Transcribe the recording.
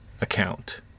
account